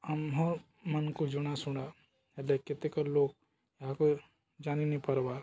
ଆମହ ମନକୁ ଜୁଣାଶୁଣା ହେଲେ କେତେକ ଲ ଏହାକୁ ଜାନିନି ପବାର୍